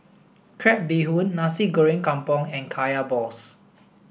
crab bee hoon nasi goreng kampung and kaya balls